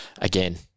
Again